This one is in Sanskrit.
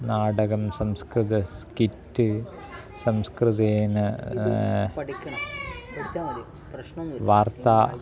नाटकं संस्कृतं स्किट् संस्कृतेन वार्ता